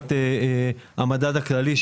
לעומת המדד הכללי,